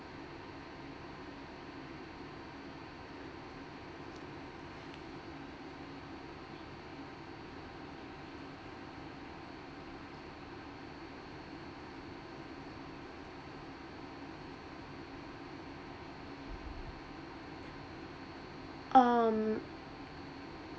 um